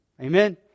Amen